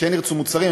וכן ירצו מוצרים,